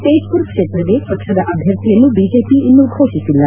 ತೇಜ್ಪುರ್ ಕ್ಷೇತ್ರಕ್ಕ ಪಕ್ಷದ ಅಭ್ಲರ್ಥಿಯನ್ನು ಬಿಜೆಪಿ ಇನ್ನೂ ಘೋಷಿಸಿಲ್ಲ